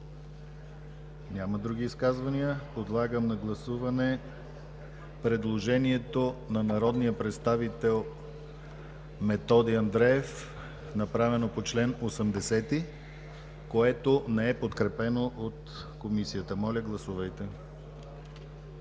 Други изказвания? Няма. Подлагам на гласуване предложението на народния представител Методи Андреев, направено по чл. 80, което не е подкрепено от Комисията. Гласували